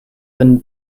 been